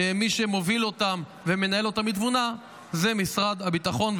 שמי שמוביל אותן ומנהל אותן בתבונה הוא משרד הביטחון,